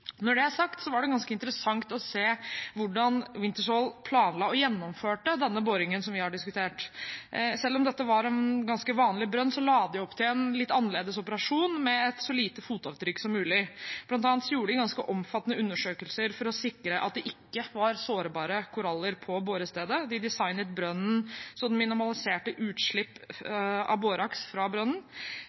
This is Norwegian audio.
Når det er sagt, var det ganske interessant å se hvordan Wintershall planla og gjennomførte denne boringen som vi har diskutert. Selv om dette var en ganske vanlig brønn, la de opp til en litt annerledes operasjon med et så lite fotavtrykk som mulig. Blant annet gjorde de ganske omfattende undersøkelser for å sikre at det ikke var sårbare koraller på borestedet, de designet brønnen så den minimaliserte utslipp av